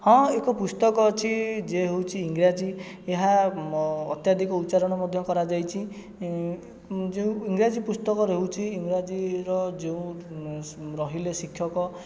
ହଁ ଏକ ପୁସ୍ତକ ଅଛି ଯେ ହେଉଛି ଇଂରାଜୀ ଏହା ଅତ୍ୟାଧିକ ଉଚ୍ଚାରଣ ମଧ୍ୟ କରାଯାଇଛି ଯେଉଁ ଇଂରାଜୀ ପୁସ୍ତକ ରହୁଛି ଇଂରାଜୀର ଯେଉଁ ରହିଲେ ଶିକ୍ଷକ